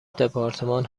دپارتمان